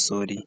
sori.